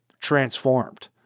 transformed